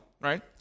right